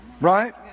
Right